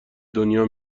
دنیا